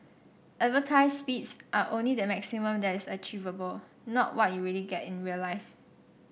advertised speeds are only the maximum that is achievable not what you really get in real life